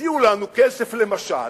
כשהציעו לנו כסף למשל